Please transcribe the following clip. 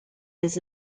his